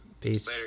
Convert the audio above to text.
Peace